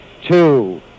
two